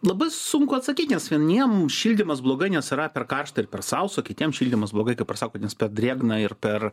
labai sunku atsakyt nes vieniem šildymas blogai nes yra per karšta ir per sausa o kitiem šildymas blogai kaip ir sakot nes per drėgna ir per